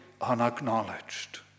unacknowledged